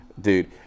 Dude